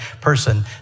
person